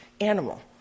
animal